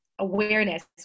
Awareness